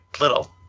little